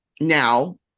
Now